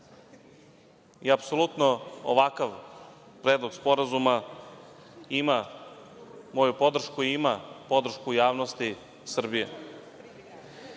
i apsolutno ovakav predlog sporazuma ima moju podršku i ima podršku javnosti Srbije. Drugo